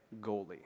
goalie